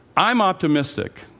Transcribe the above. i'm optimistic,